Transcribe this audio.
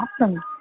Awesome